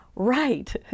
Right